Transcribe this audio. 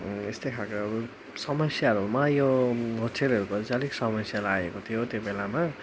यस्तै खालको अब समस्याहरूमा यो होेटेलहरूको चाहिँ अलिक समस्या लागेको थियो त्यो बेलामा